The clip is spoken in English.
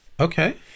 Okay